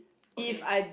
okay